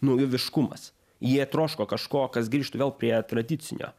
naujoviškumas jie troško kažko kas grįžtų prie tradicinio